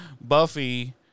Buffy